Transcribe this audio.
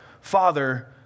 Father